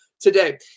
Today